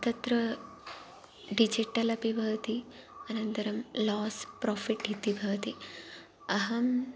तत्र डिजिटल् अपि भवति अनन्तरं लास् प्राफ़िट् इति भवति अहम्